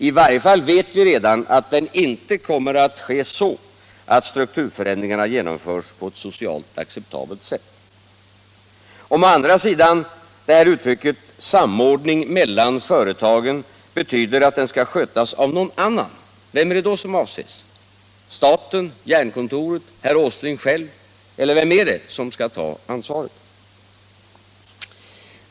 I varje fall vet vi redan att den inte kommer att ske så, att strukturförändringarna genomförs på ett socialt acceptabelt sätt. Om å andra sidan samordning ”mellan företagen” betyder att den skall 69 Om åtgärder för att säkra sysselsättningen inom skötas av någon annan, vem är det då som avses? Staten, Jernkontoret, herr Åsling själv, eller vem är det som skall ta ansvaret?